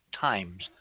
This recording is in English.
times